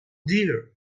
dear